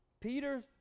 Peter